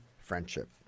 friendship